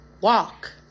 walk